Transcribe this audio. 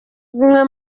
umwe